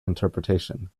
interpretation